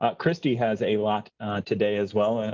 ah christy has a lot today as well,